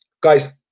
Guys